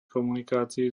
komunikácií